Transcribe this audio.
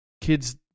kids